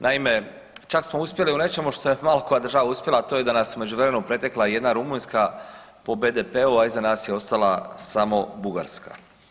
Naime, čak smo uspjeli u nečemu što je malo koja država uspjela, a to da nas je međuvremenu pretekla i jedna Rumunjska po BDP-u, a iza nas je ostala samo Bugarska.